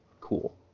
cool